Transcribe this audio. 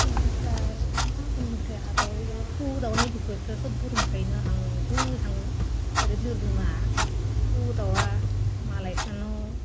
बेनिफ्राय मा बुंगोनथाय आरो कुदाउनि बिसयबोथ' सबबो रोंखायोनो आंबो एसेबां ओरैनो रोङा कु दाउआ मालायसानो